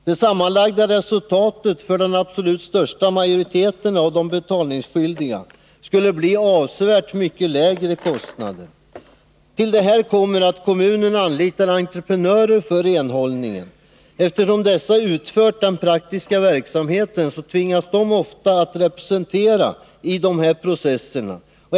Det sammanlagda resultatet för den absolut 18 november 1981 största majoriteten av de betalningsskyldiga skulle bli avsevärt mycket lägre kostnader. Till detta kommer att kommunen anlitar entreprenörer för renhållningen. Eftersom dessa har utfört den praktiska verksamheten tvingas de ofta att representera i dessa processer.